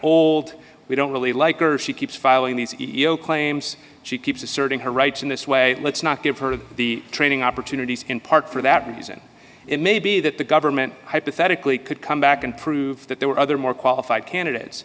auld we don't really like or she keeps following these claims she keeps asserting her rights in this way let's not give her the training opportunities in part for that reason it may be that the government hypothetically could come back and prove that there were other more qualified candidates